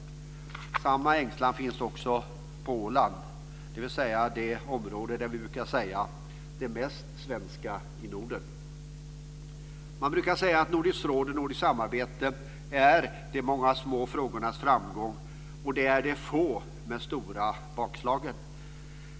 Samma ängslan finns också på Åland, dvs. det område som vi brukar säga är det mest svenska i Norden. Man brukar säga att Nordiska rådet och nordiskt samarbete är de många frågornas framgång, och det är få men stora bakslag.